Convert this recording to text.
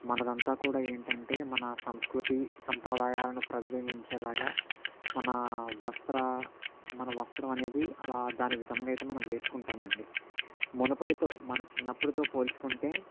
మనది అంతా కూడా ఏంటి అంటే మన సంస్కృతి సంప్రదాయాలను ప్రతిబింబించేలాగా మన వస్త్ర మన వస్త్రం అనేది అలా దాని విధంగా అయితే వేసుకుంటాము అండి మునుపటితో మన చిన్నప్పటితో పోల్చుకుంటే